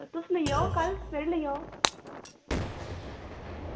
तुस लेई जाओ कल सवेरे लेई जाओ